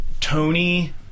Tony